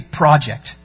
project